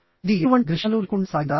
ఇది ఎటువంటి ఘర్షణలు లేకుండా సాగిందా